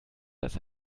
dass